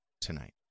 tonight